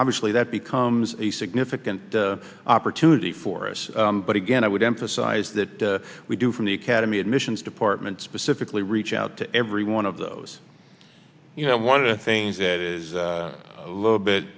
obviously that becomes a significant opportunity for us but again i would emphasize that we do from the academy admissions department specifically reach out to every one of those you know one of the things that is